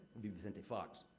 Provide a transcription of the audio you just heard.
vicente fox.